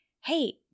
hey